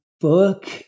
Book